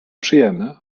przyjemny